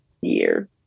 year